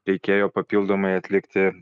reikėjo papildomai atlikti